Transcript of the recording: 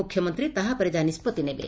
ମୁଖ୍ୟମନ୍ତୀ ତା ଉପରେ ଯାହା ନିଷ୍ବତ୍ତି ନେବେ